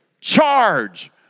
charge